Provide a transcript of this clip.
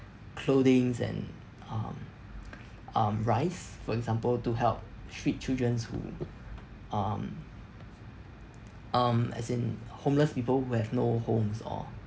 clothings and um um rice for example to help treat childrens who um um as in homeless people who have no homes or